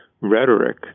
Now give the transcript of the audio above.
rhetoric